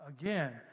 again